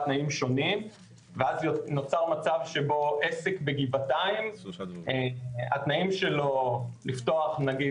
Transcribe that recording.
תנאים שונים ואז נוצר מצב שבו עסק בגבעתיים התנאים שלו לפתוח נגיד